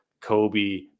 Kobe